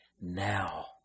now